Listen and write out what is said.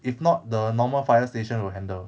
if not the normal fire station will handle